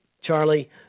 Charlie